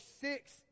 six